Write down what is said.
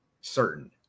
certain